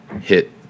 hit